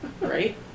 Right